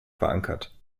verankert